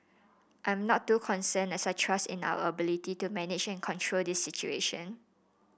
I'm not too concerned as I trust in our ability to manage and control this situation